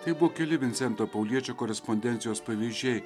tai buvo keli vincento pauliečio korespondencijos pavyzdžiai